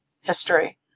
history